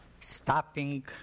stopping